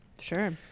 Sure